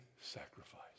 sacrifice